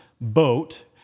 boat